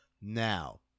now